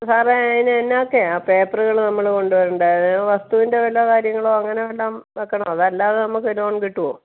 സാറേ അതിന് എന്ത് ഒക്കെയാണ് പേപ്പറുകൾ നമ്മൾ കൊണ്ടുവരേണ്ടത് അതായത് വസ്തുവിൻ്റെ വല്ല കാര്യങ്ങളോ അങ്ങനെ വല്ലതും വയ്ക്കണോ അത് അല്ലാതെ നമുക്ക് ലോൺ കിട്ടുമോ